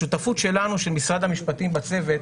השותפות שלנו, של משרד המשפטים בצוות,